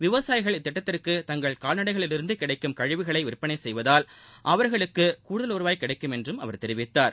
விவசாயிகள் இத்திட்டத்திற்கு தங்கள் கால்நடைகளில் இருந்து கிடைக்கும் கழிவுகளை விற்பனை செய்வதால் அவர்களுக்கு கூடுதல் வருவாய் கிடைக்கும் என்று அவர் தெரிவித்தார்